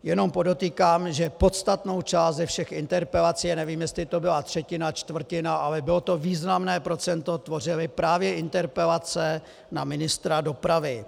Jenom podotýkám, že podstatnou část ze všech interpelací nevím, jestli to byla třetina, čtvrtina, ale bylo to významné procento tvořily právě interpelace na ministra dopravy.